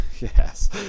yes